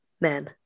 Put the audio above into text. men